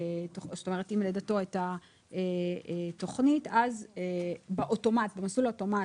לידתו את התוכנית אז במסלול האוטומטי,